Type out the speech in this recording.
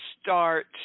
start